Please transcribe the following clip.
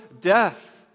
death